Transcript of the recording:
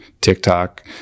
TikTok